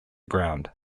ground